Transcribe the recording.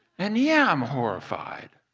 and yeah, i'm horrified